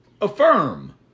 affirm